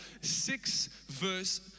six-verse